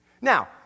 Now